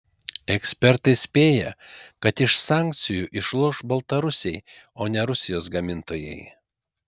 ekspertai spėja kad iš sankcijų išloš baltarusiai o ne rusijos gamintojai